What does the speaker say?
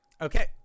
Okay